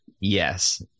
Yes